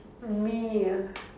me ah